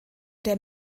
der